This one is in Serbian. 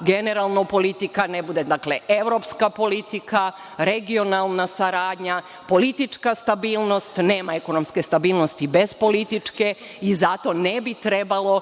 generalno politika ne bude evropska politika, regionalna saradnja, politička stabilnost, nema ekonomske stabilnosti bez političke i zato ne bi trebalo